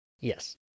Yes